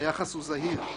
היחס הוא זהיר.